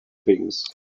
things